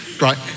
right